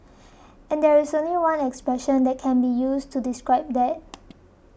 and there's only one expression that can be used to describe that